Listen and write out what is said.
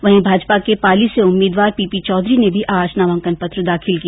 वहीं भाजपा के पाली से उम्मीदवार पीपी चौधरी ने भी आज नामांकन पत्र दाखिल किया